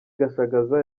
gashagaza